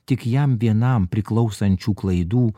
tik jam vienam priklausančių klaidų